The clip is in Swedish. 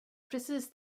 precis